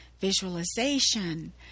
visualization